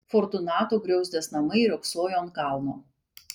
fortunato griauzdės namai riogsojo ant kalno